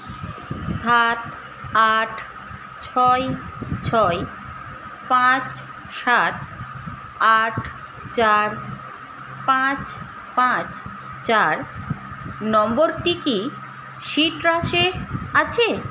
সাত আট ছয় ছয় পাঁচ সাত আট চার পাঁচ পাঁচ চার নম্বরটি কি সিট্রাসে আছে